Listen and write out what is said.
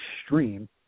extreme